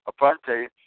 Aponte